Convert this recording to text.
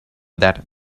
that